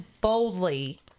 boldly